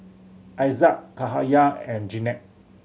Aizat Cahaya and Jenab